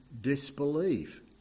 disbelief